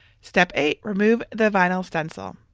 step eight, remove the vinyl stencil.